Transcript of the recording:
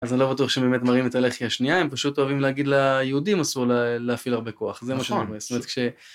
אז אני לא בטוח שהם באמת מראים את הלחי השנייה, הם פשוט אוהבים להגיד, היהודים עשו להפעיל הרבה כוח, זה מה שנראה, זאת אומרת, כש...